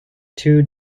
two